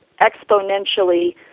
exponentially